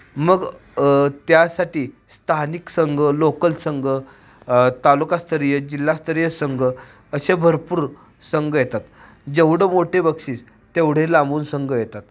मग त्यासाठी स्थानिक संघ लोकल संघ तालुकास्तरीय जिल्हास्तरीय संघ असे भरपूर संघ येतात जेवढे मोठे बक्षीस तेवढे लांबून संघ येतात